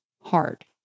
hard